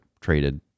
traded